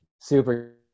super